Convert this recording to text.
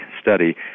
study